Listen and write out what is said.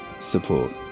support